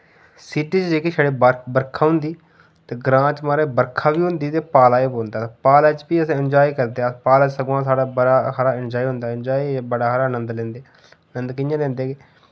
city च जेह्की छड़ी बर्खा होंदी ते ग्रां च माराज बरखा बी होंदी ते पाला बी पौंदा पाले च फ्ही अस एन्जाय करदे पाला सगुआं साढ़ा बड़ा खरा एन्जाय होंदा एन्जाय बड़ा हारा नंद लैंदे नंद कियां लैंदे कि